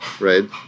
right